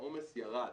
העומס ירד.